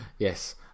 yes